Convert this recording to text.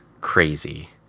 crazy